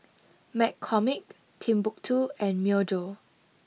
McCormick Timbuk two and Myojo